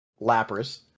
lapras